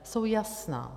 Jsou jasná.